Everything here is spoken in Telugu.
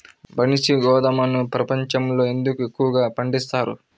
బన్సీ గోధుమను ప్రపంచంలో ఎందుకు ఎక్కువగా పండిస్తారు?